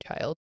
child